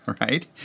right